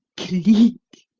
cleek!